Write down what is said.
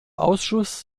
ausschuss